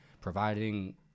providing